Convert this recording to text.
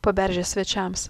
paberžės svečiams